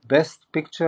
– "Best Picture,